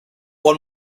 one